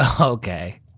okay